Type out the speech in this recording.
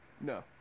No